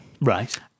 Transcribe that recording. Right